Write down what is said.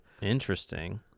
Interesting